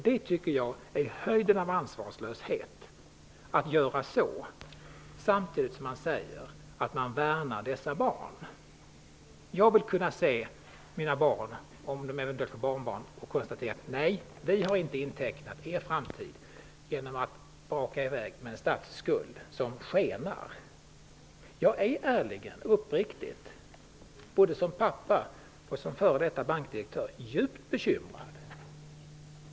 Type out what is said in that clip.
Det är höjden av ansvarslöshet att göra så samtidigt som man säger att man värnar dessa barn. Jag vill kunna se mina barn och eventuella barnbarn i ögonen och säga att vi inte har intecknat deras framtid genom att låta statsskulden skena. Jag är, både som pappa och före detta bankdirektör, djupt bekymrad.